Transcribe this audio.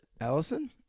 Allison